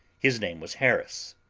his name was harris.